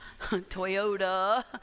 Toyota